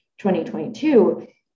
2022